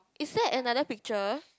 is that another picture